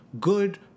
good